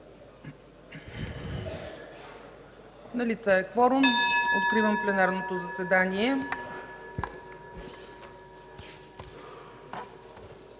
Налице е кворум. Откривам пленарното заседание.